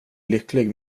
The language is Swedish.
lycklig